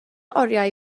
oriau